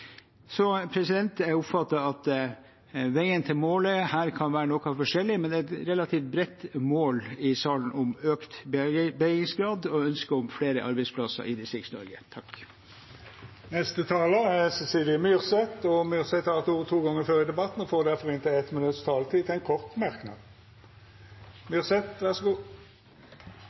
Jeg oppfatter at veien til målet her kan være noe forskjellig, men det er et relativt bredt mål i salen om økt bearbeidingsgrad og ønske om flere arbeidsplasser i Distrikts-Norge. Representanten Cecilie Myrseth har hatt ordet to gonger tidlegare og får ordet til ein kort merknad, avgrensa til 1 minutt. Det er åpenbart at regjeringspartiene har glemt hva som skjedde her for et år siden, når jeg hører representanten Reiten være så